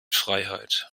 freiheit